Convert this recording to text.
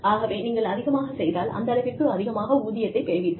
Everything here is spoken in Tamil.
ஆகவே நீங்கள் அதிகமாகச் செய்தால் அந்தளவிற்கு அதிகமாக ஊதியத்தைப் பெறுவீர்கள்